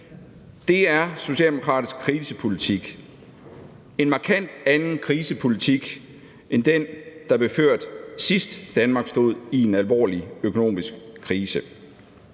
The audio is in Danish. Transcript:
Det er socialdemokratisk krisepolitik, og det er en markant anden krisepolitik end den, der blev ført, da Danmark sidst stod i en alvorlig økonomisk krise.